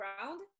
ground